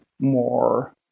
more